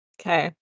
Okay